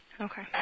Okay